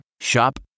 Shop